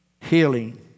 healing